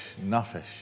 nafesh